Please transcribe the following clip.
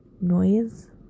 noise